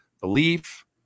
belief